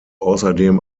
außerdem